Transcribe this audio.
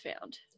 found